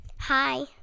Hi